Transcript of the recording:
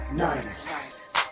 niners